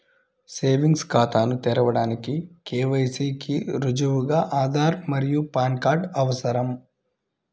savings ఖాతాను తెరవడానికి KYC కి రుజువుగా ఆధార్ మరియు పాన్ కార్డ్ అవసరం